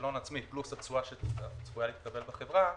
הון עצמי פלוס התשואה שצפויה להתקבל בחברה,